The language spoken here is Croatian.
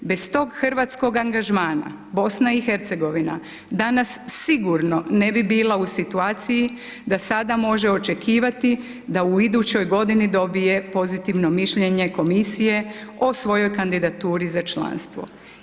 Bez tog hrvatskog angažmana, BiH danas sigurno ne bi bila u situaciji da sada može očekivati da u idućoj godini dobije pozitivno mišljenje komisije o svojoj kandidaturi za članstvo.